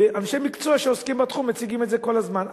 ואנשי מקצוע שעוסקים בתחום מציגים את זה כל הזמן.